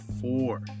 four